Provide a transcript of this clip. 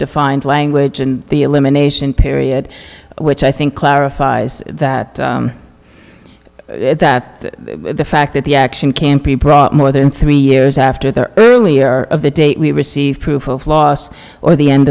defined language and the elimination period which i think clarifies that that the fact that the action campi prop more than three years after the earlier of the date we received proof of loss or the end